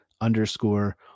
underscore